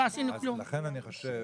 לכן אני חושב